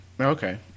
okay